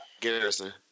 Garrison